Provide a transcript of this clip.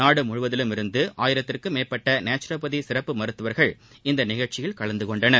நாடு முழுவதிலுமிருந்து ஆயிரத்திற்கும் மேற்பட்ட நேச்சுரோபதி சிறப்பு மருத்துவர்கள் இந்த நிகழ்ச்சியில் கலந்து கொண்டனர்